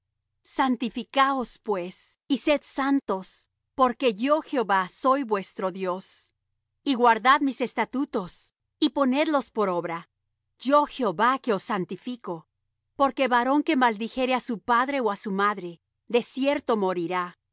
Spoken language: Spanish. santificaos pues y sed santos porque yo jehová soy vuestro dios y guardad mis estatutos y ponedlos por obra yo jehová que os santifico porque varón que maldijere á su padre ó á su madre de cierto morirá